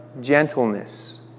gentleness